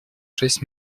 шесть